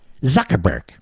Zuckerberg